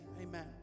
Amen